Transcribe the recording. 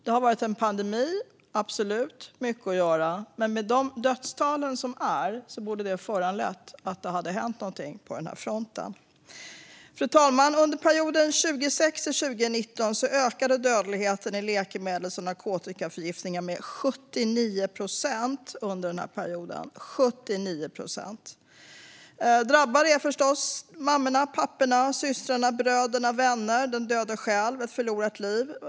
Det har varit en pandemi och mycket att göra, men dödstalen borde ha föranlett att det hade hänt någonting på den här fronten. Fru talman! Under perioden 2006-2019 ökade dödligheten i läkemedels och narkotikaförgiftningar med 79 procent. Drabbade är förstås mammorna, papporna, systrarna, bröderna, vännerna och den döde själv. Ett liv har gått förlorat.